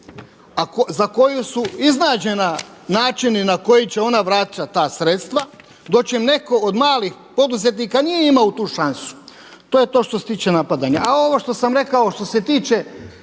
za koju su iznađeni načini na koji će ona vraćati ta sredstva, dočim od neko od malih poduzetnika nije imao tu šansu. To je to što se tiče napadanja. A ovo što sam rekao što se tiče